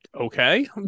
okay